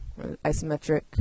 isometric